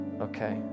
Okay